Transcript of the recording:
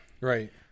Right